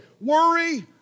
Worry